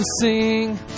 sing